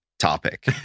topic